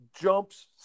Jumps